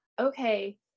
okay